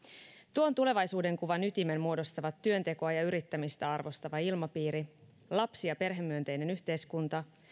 tuon tulevaisuudenkuvan ytimen muodostavat työntekoa ja yrittämistä arvostava ilmapiiri lapsi ja perhemyönteinen yhteiskunta